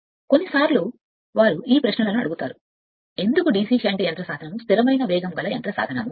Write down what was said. కొన్నిసార్లు వారు ఈ ప్రశ్నలను అడుగుతారు ఎందుకు DC షంట్ యంత్ర సాధనము స్థిరమైన వేగం గల యంత్ర సాధనము